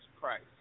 Christ